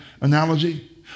analogy